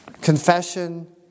Confession